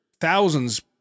thousands